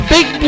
Big